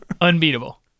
Unbeatable